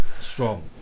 Strong